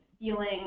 feeling